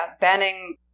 banning